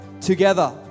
together